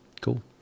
Cool